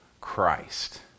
Christ